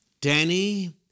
Danny